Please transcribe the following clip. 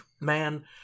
man